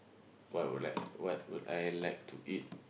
what would like what would I like to eat